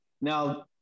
Now